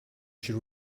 you